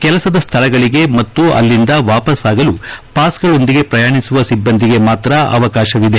ಕೆಲಸ ಸ್ವಳಗಳಿಗೆ ಮತ್ತು ಅಲ್ಲಿಂದ ವಾಪಸ್ ಆಗಲು ಪಾಸ್ಗಳೊಂದಿಗೆ ಪ್ರಯಾಣಿಸುವ ಸಿಬ್ಬಂದಿಗೆ ಮಾತ್ರ ಅವಕಾಶವಿದೆ